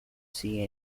see